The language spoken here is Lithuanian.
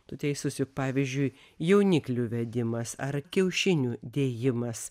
tu teisus juk pavyzdžiui jauniklių vedimas ar kiaušinių dėjimas